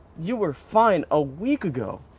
you were fine a week ago.